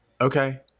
okay